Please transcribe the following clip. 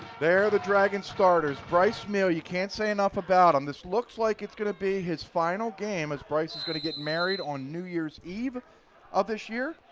there the dragon starters. bryce meehl, you cannot say enough about him. this looks like it's going to be his final game as bryce is going to get married on new year's eve of this year.